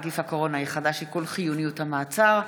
נגיף הקורונה החדש) (שיקול חיוניות המעצר),